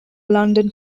london